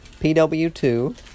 PW2